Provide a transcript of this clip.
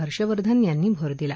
हर्षवर्धन यांनी भर दिला